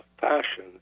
fashion